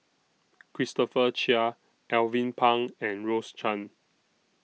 Christopher Chia Alvin Pang and Rose Chan